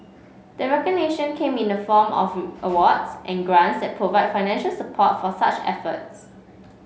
the recognition came in the form of awards and grants that provide financial support for such efforts